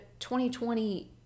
2020